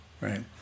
Right